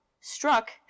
struck